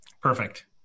Perfect